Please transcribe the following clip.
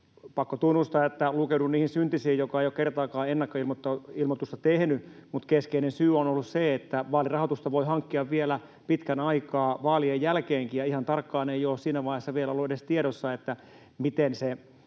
Pakko tunnustaa, että lukeudun niihin syntisiin, jotka eivät ole kertaakaan ennakkoilmoitusta tehneet, mutta keskeinen syy on ollut se, että vaalirahoitusta voi hankkia vielä pitkän aikaa vaalien jälkeenkin ja ihan tarkkaan ei ole siinä vaiheessa vielä ollut edes tiedossa, miten se rahoitus